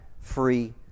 free